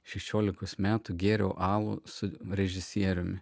šešiolikos metų gėriau alų su režisieriumi